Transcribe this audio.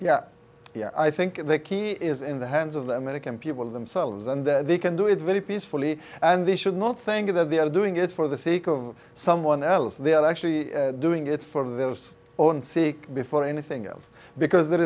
yeah yeah i think they key is in the hands of the american people themselves and that they can do it very peacefully and they should not think that they are doing it for the sake of someone else they are actually doing it for their own sake before anything else because th